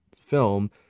film